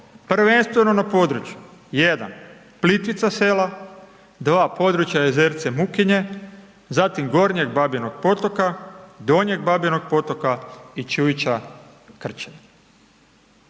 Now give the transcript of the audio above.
prvenstveno na području 1 Plitvica sela, 2 područja Jezerce-Mukinje, zatim Gornjeg Babinog Potoka, Donjeg Babinog Potoka, Čujića Krčevine.